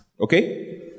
Okay